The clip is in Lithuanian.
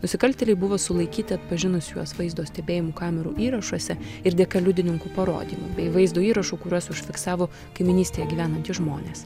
nusikaltėliai buvo sulaikyti atpažinus juos vaizdo stebėjimų kamerų įrašuose ir dėka liudininkų parodymų bei vaizdo įrašų kuriuos užfiksavo kaimynystėje gyvenantys žmonės